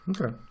Okay